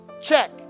Check